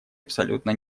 абсолютно